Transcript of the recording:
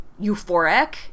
euphoric